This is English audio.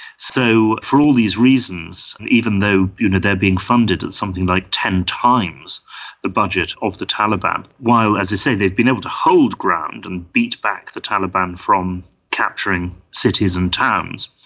so for all these reasons, and even though you know they are being funded at something like ten times the budget of the taliban, while, as i say, they've been able to hold ground and beat back the taliban from capturing cities and towns,